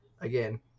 again